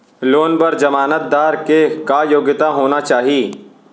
Loan बर जमानतदार के का योग्यता होना चाही?